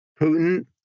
Putin